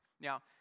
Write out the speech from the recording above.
Now